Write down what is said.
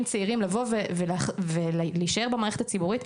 צעירים לבוא ולהישאר במערכת הציבורית.